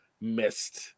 missed